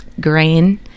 grain